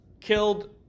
killed